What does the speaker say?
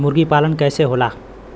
मुर्गी पालन कैसे होला?